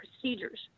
procedures